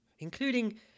including